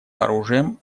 оружием